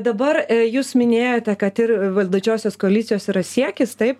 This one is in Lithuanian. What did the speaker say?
dabar jūs minėjote kad ir valdančiosios koalicijos yra siekis taip